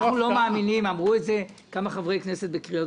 אנחנו לא מאמינים אמרו את זה כמה חברי כנסת בקריאות